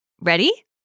Ready